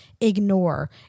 ignore